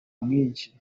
mwinshi